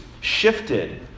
shifted